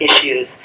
issues